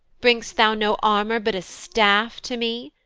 bring'st thou no armour, but a staff to me?